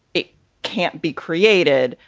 it can't be created.